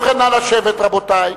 ובכן, נא לשבת, רבותי.